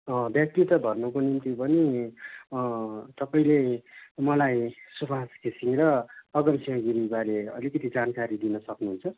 व्यक्तित्व भन्नुको निम्ति पनि तपाईँले मलाई सुबास घिसिङ र अगमसिंह गिरीबारे अलिकति जानकारी दिनु सक्नुहुन्छ